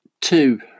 two